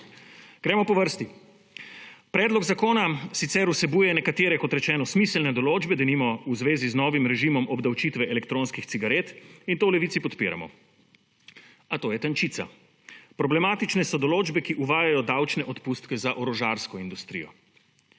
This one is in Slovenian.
Gremo po vrsti. Predlog zakona sicer vsebuje nekatere, kot rečeno, smiselne določbe, denimo v zvezi z novim režimom obdavčitve elektronskih cigaret in to v Levici podpiramo. A to je tančica. Problematične so določbe, ki uvajajo davčne odpustke za orožarsko industrijo.